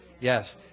yes